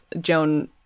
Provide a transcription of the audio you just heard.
Joan